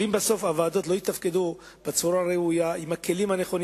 אבל אם בסוף הוועדות לא יתפקדו בצורה ראויה עם הכלים הנכונים